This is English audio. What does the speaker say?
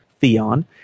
Theon